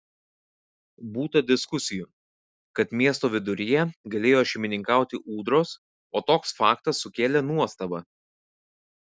būta diskusijų kad miesto viduryje galėjo šeimininkauti ūdros o toks faktas sukėlė nuostabą